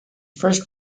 first